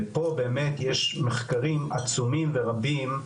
ופה באמת יש מחקרים עצומים ורבים,